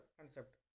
concept